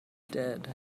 dead